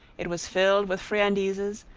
it was filled with friandises,